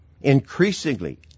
increasingly